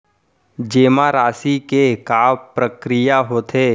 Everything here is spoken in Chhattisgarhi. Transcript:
जेमा राशि के का प्रक्रिया होथे?